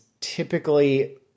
typically